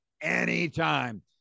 anytime